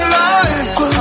life